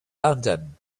london